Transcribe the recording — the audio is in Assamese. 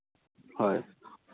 হয়